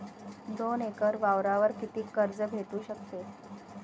दोन एकर वावरावर कितीक कर्ज भेटू शकते?